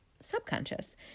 subconscious